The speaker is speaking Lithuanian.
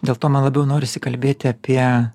dėl to man labiau norisi kalbėti apie